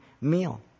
meal